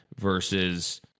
versus